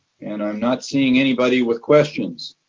and i'm not seeing anybody with questions.